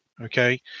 Okay